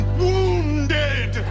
wounded